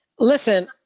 Listen